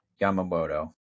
Yamamoto